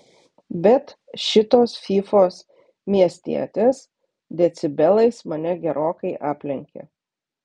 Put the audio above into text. bet šitos fyfos miestietės decibelais mane gerokai aplenkė